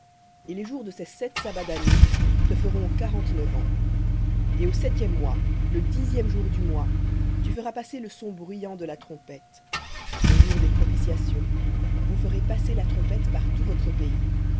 et les jours de ces sept sabbats d'années te feront quarante-neuf ans et au septième mois le dixième du mois tu feras passer le son bruyant de la trompette le jour des propitiations vous ferez passer la trompette par tout votre pays